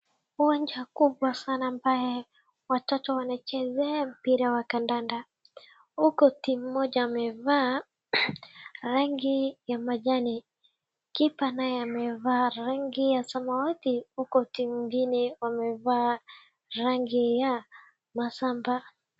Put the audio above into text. Uwanja mkubwa sana ambaye watoto wanachezea mpira wa kandanda, huku team moja wamevaa rangi ya majani, keeper naye amevaa rangi ya samawati huku team ingine wamevaa rangi ya masamba.